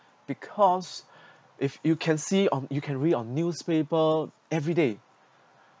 because if you can see on you can read on newspaper everyday